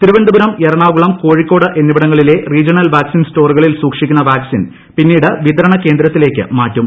തിരുവനന്തപുരം എറണാകുളം കോഴിക്കോട് എന്നിവിടങ്ങളിലെ regional vaccine സ്റ്റോറുകളിൽ സൂക്ഷിക്കുന്ന വാക്സ്ട്രിൻ പിന്നീട് വിതരണ കേന്ദ്രങ്ങളിലേക്ക് മാറ്റും